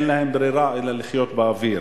אין להם ברירה אלא לחיות באוויר.